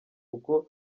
kuko